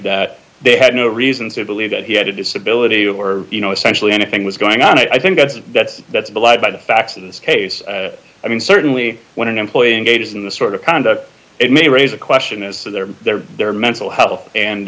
that they had no reason to believe that he had a disability or you know essentially anything was going on i think that's that's that's belied by the facts in this case i mean certainly when an employee engages in this sort of conduct it may raise a question as to their their their mental health and